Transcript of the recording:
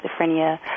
schizophrenia